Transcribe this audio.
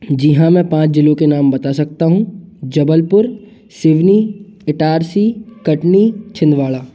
जी हाँ मैं पाँच ज़िलो के नाम बता सकता हूँ जबलपुर सिवनी इटारसी कटनी छिंदवाड़ा